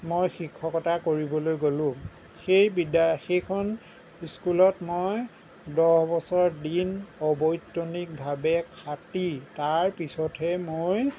মই শিক্ষকতা কৰিবলৈ গ'লোঁ সেই বি সেইখন স্কুলত মই দহবছৰ দিন অবৈতনিকভাৱে খাতি তাৰ পিছহে মই